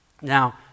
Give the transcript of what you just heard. Now